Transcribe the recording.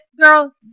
girl